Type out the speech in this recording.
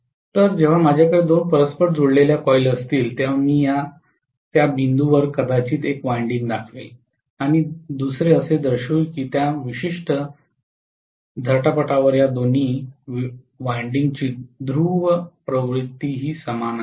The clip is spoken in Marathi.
तर जेव्हा माझ्याकडे दोन परस्पर जोडलेल्या कॉइल्स असतील तेव्हा मी त्या बिंदूवर कदाचित एक वायंडिंग दाखवेल आणि दुसरे असे दर्शवू की त्या विशिष्ट झटापटावर या दोन्ही विंडिंगची ध्रुवप्रवृत्ती समान आहेत